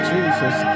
Jesus